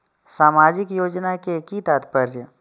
सामाजिक योजना के कि तात्पर्य?